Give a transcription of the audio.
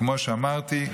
כמו שאמרתי,